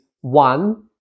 one